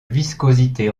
viscosité